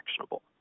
actionable